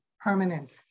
permanent